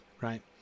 right